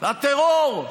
הטרור.